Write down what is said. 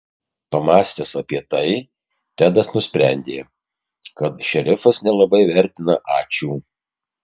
pamąstęs apie tai tedas nusprendė kad šerifas nelabai vertina ačiū